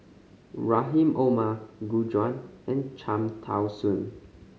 Rahim Omar Gu Juan and Cham Tao Soon